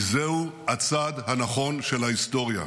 כי זהו הצד הנכון של ההיסטוריה.